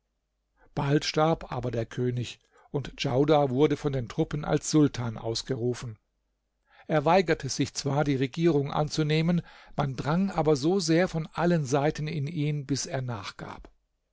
bald starb aber der könig und djaudar wurde von den truppen als sultan ausgerufen er weigerte sich zwar die regierung anzunehmen man drang aber so sehr von allen seiten in ihn bis er nachgab